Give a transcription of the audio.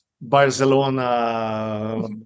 Barcelona